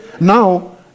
Now